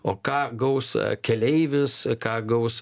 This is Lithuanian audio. o ką gaus keleivis ką gaus